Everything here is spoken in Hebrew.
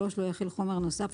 לא יכיל חומר נוסף,